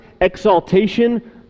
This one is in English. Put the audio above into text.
exaltation